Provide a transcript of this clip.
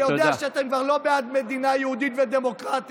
אני יודע שאתם כבר לא בעד מדינה יהודית ודמוקרטית.